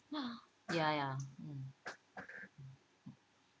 !wah! ya ya um